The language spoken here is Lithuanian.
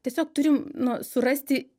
tiesiog turim nu surasti